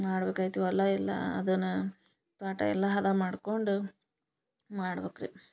ಮಾಡ್ಬೇಕಾಯಿತು ಹೊಲ ಎಲ್ಲ ಅದನ್ನ ತ್ವಾಟ ಎಲ್ಲ ಹದ ಮಾಡ್ಕೊಂಡು ಮಾಡ್ಬೇಕು ರೀ